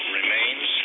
remains